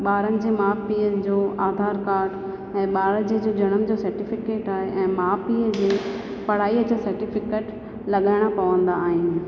ॿारनि जे माउ पीउ जो आधार कार्ड ऐं ॿार जे जो जनम जो सर्टिफिकेट आहे ऐं माउ पीउ जे पढ़ाई जो सर्टीफिकेट लॻाइणा पवंदा आहिनि